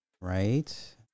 right